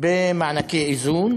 במענקי איזון